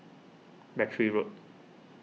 Battery Road